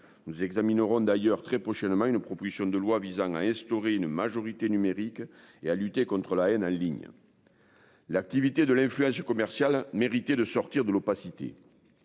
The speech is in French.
Nous examinerons d'ailleurs très prochainement une proposition de loi visant à instaurer une majorité numérique et à lutter contre la haine. Ah ligne. L'activité de l'influence du commercial méritait de sortir de l'opacité.